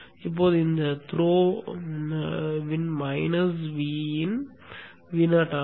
இப்போது இந்த த்ரோ வின் மைனஸ் Vin Vo ஆகும்